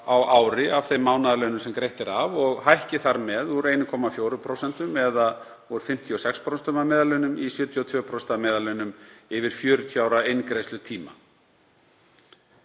á ári af þeim mánaðarlaunum sem greitt er af og hækki þar með úr 1,4% eða úr 56% af meðallaunum í 72% af meðallaunum yfir 40 ára inngreiðslutíma.